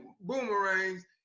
boomerangs